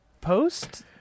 Post